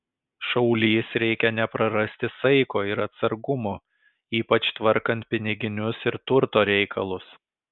šaulys reikia neprarasti saiko ir atsargumo ypač tvarkant piniginius ir turto reikalus